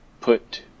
put